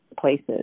places